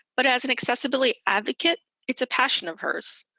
but as an accessibility advocate, it's a passion of hers.